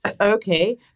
Okay